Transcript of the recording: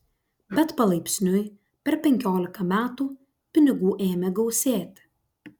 bet palaipsniui per penkiolika metų pinigų ėmė gausėti